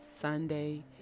Sunday